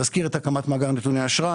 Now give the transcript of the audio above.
נזכיר את הקמת מאגר נתוני אשראי,